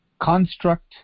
construct